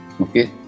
Okay